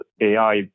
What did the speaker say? AI